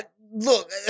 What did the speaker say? look